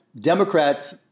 Democrats